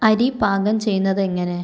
അരി പാകം ചെയ്യുന്നതെങ്ങനെ